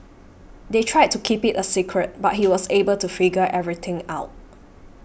they tried to keep it a secret but he was able to figure everything out